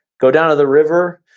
go down to the river,